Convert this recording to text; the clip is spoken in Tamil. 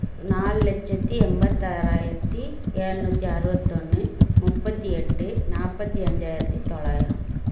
நாலு லட்சத்தி எண்பத்தாறாயிரத்தி ஏழநூத்தி அறுபத்தொன்னு முப்பத்தி எட்டு நாற்பத்தி அஞ்சாயிரத்தி தொள்ளாயிரோம்